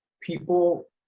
People